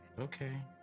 Okay